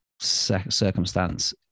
circumstance